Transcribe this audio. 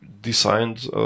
designed